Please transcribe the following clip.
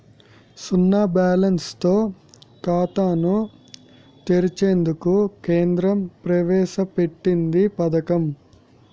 సున్నా బ్యాలెన్స్ తో ఖాతాను తెరిచేందుకు కేంద్రం ప్రవేశ పెట్టింది పథకం